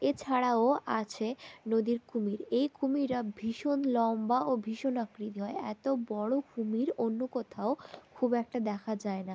এছাড়াও আছে নদীর কুমির এই কুমিররা ভীষণ লম্বা ও ভীষণ আকৃতি হয় এত বড়ো কুমির অন্য কোথাও খুব একটা দেখা যায় না